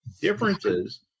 differences